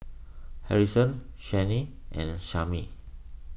Harrison Shane and Samie